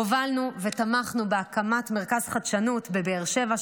הובלנו ותמכנו בהקמת מרכז חדשנות בבאר שבע,